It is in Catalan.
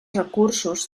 recursos